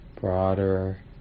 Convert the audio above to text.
broader